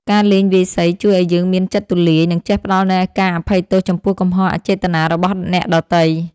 ការលេងវាយសីជួយឱ្យយើងមានចិត្តទូលាយ និងចេះផ្ដល់នូវការអភ័យទោសចំពោះកំហុសអចេតនារបស់អ្នកដទៃ។